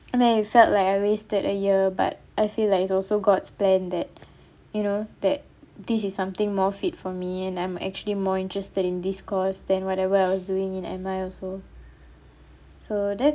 and I felt like I wasted a year but I feel like it's also god's plan that you know that this is something more fit for me and I'm actually more interested in this course than whatever I was doing in M_I also so that's